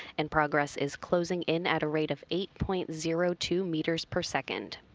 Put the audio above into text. and progress is closing in at a rate of eight point zero two meters per second.